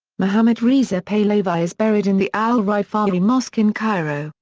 mohammad reza pahlavi is buried in the al rifa'i mosque in cairo,